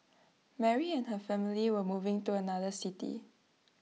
Mary and her family were moving to another city